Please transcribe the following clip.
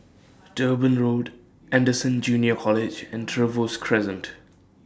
Durban Road Anderson Junior College and Trevose Crescent